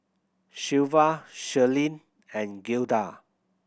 Shelva Shirleen and Gilda